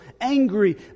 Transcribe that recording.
angry